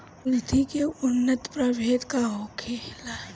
कुलथी के उन्नत प्रभेद का होखेला?